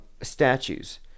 statues